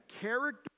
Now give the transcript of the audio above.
character